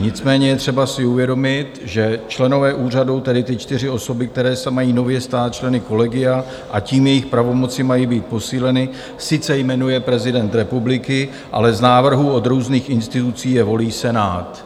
Nicméně je třeba si uvědomit, že členové úřadu, tedy ty čtyři osoby, které se mají nově stát členy kolegia, a tím jejich pravomoci mají být posíleny, sice jmenuje prezident republiky, ale z návrhů od různých institucí je volí Senát.